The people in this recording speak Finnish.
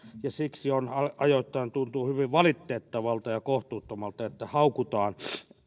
ja siksi ajoittain tuntuu hyvin valitettavalta ja kohtuuttomalta että haukutaan